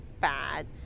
bad